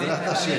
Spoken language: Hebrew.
בעזרת השם.